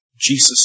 Jesus